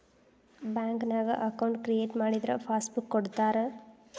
ಬ್ಯಾಂಕ್ನ್ಯಾಗ account create ಮಾಡಿದರ passbook ಕೊಡ್ತಾರಾ